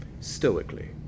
Stoically